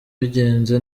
bigenze